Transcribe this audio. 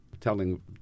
telling